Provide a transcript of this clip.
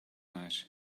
night